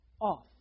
off